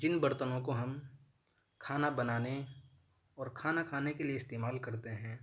جن برتنوں کو ہم کھانا بنانے اور کھانا کھانے کے لیے استعمال کرتے ہیں